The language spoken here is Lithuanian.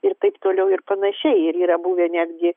ir taip toliau ir panašiai ir yra buvę netgi